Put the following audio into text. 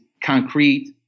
concrete